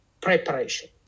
preparation